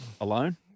alone